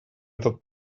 этот